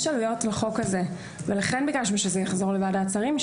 יש עלויות לחוק הזה ולכן ביקשנו שזה יחזור לוועדת שרים.